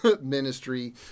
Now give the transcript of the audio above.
ministry